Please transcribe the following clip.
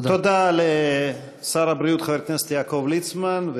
תודה לשר הבריאות, חבר הכנסת יעקב ליצמן.